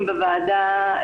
המחלקה לסמים ואלכוהול